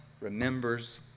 remembers